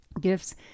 gifts